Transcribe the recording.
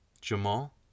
Jamal